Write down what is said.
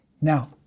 Now